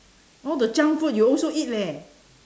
all the junk food you also eat leh